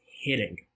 hitting